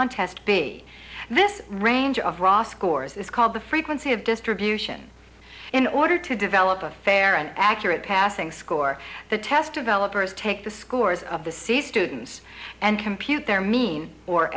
on test b this range of raw scores is called the frequency of distribution in order to develop a fair and accurate passing score the test of elevators take the scores of the c students and compute their mean or